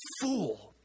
fool